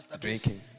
Drinking